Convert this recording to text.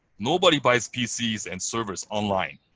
nobody buys pcs and servers online.